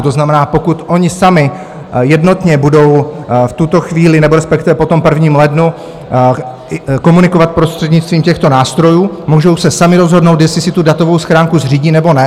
To znamená, pokud oni sami jednotně budou v tuto chvíli, nebo respektive po 1. lednu, komunikovat prostřednictvím těchto nástrojů, můžou se sami rozhodnout, jestli si datovou schránku zřídí, nebo ne.